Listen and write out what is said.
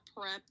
prep